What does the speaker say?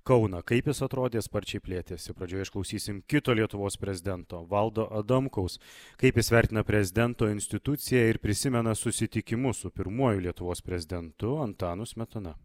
kauną kaip jis atrodė sparčiai plėtėsi pradžioje išklausysim kito lietuvos prezidento valdo adamkaus kaip jis vertina prezidento instituciją ir prisimena susitikimus su pirmuoju lietuvos prezidentu antanu smetona